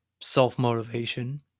self-motivation